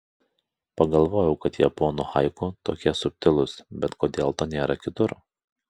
pagalvojau kad japonų haiku tokie subtilūs bet kodėl to nėra kitur